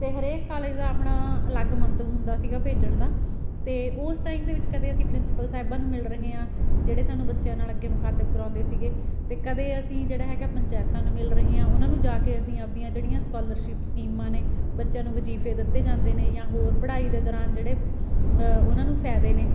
ਅਤੇ ਹਰੇਕ ਕਾਲਜ ਦਾ ਆਪਣਾ ਅਲੱਗ ਮੰਤਵ ਹੁੰਦਾ ਸੀਗਾ ਭੇਜਣ ਦਾ ਅਤੇ ਉਸ ਟਾਈਮ ਦੇ ਵਿੱਚ ਕਦੇ ਅਸੀਂ ਪ੍ਰਿੰਸਪਲ ਸਾਹਿਬਾਂ ਨੂੰ ਮਿਲ ਰਹੇ ਹਾਂ ਜਿਹੜੇ ਸਾਨੂੰ ਬੱਚਿਆਂ ਨਾਲ ਅੱਗੇ ਮੁਖਾਤਿਵ ਕਰਾਉਂਦੇ ਸੀਗੇ ਅਤੇ ਕਦੇ ਅਸੀਂ ਜਿਹੜਾ ਹੈਗਾ ਪੰਚਾਇਤਾਂ ਨੂੰ ਮਿਲ ਰਹੇ ਹਾਂ ਉਹਨਾਂ ਨੂੰ ਜਾ ਕੇ ਅਸੀਂ ਆਪਣੀਆਂ ਜਿਹੜੀਆਂ ਸਕੋਲਰਸ਼ਿਪ ਸਕੀਮਾਂ ਨੇ ਬੱਚਿਆਂ ਨੂੰ ਵਜ਼ੀਫੇ ਦਿੱਤੇ ਜਾਂਦੇ ਨੇ ਜਾਂ ਹੋਰ ਪੜ੍ਹਾਈ ਦੇ ਦੌਰਾਨ ਜਿਹੜੇ ਉਹਨਾਂ ਨੂੰ ਫਾਇਦੇ ਨੇ